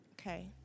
Okay